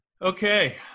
Okay